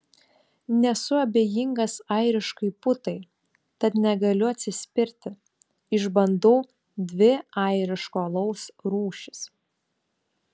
nesu abejingas airiškai putai tad negaliu atsispirti išbandau dvi airiško alaus rūšis